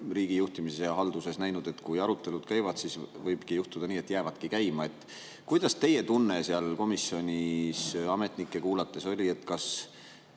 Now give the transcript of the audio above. riigi juhtimise ja haldamise puhul näinud, et kui arutelud käivad, siis võib juhtuda nii, et need jäävadki käima. Kuidas teie tunne seal komisjonis ametnikke kuulates oli, kas